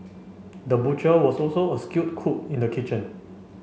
the butcher was also a skilled cook in the kitchen